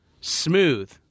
smooth